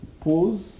pause